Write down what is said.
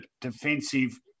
defensive